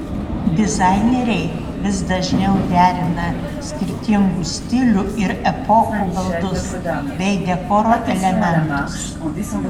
dizaineriai vis dažniau derina skirtingų stilių ir epochų baldus bei dekoro elementus